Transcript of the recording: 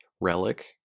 Relic